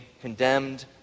condemned